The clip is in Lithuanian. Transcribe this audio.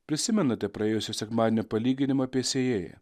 prisimenate praėjusio sekmadienio palyginimą apie sėjėją